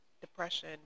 depression